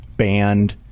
band